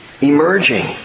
emerging